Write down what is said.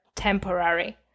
temporary